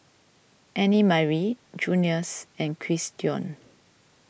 Annemarie Junius and Christion